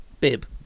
bib